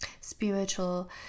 spiritual